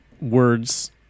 words